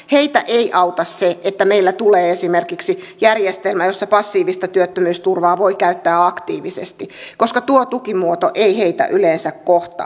heitä ei auta se että meille tulee esimerkiksi järjestelmä jossa passiivista työttömyysturvaa voi käyttää aktiivisesti koska tuo tukimuoto ei heitä yleensä kohtaa